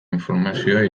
informazioa